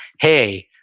hey,